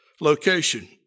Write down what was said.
location